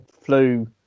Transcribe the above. flew